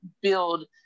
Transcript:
build